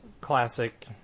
classic